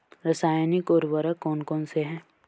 रासायनिक उर्वरक कौन कौनसे हैं?